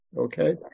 Okay